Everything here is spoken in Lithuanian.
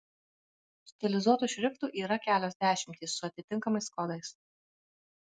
stilizuotų šriftų yra kelios dešimtys su atitinkamais kodais